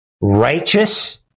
righteous